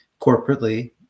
corporately